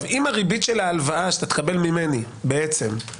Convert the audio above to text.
אם הריבית של ההלוואה שאתה תקבל ממני דומה